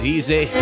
Easy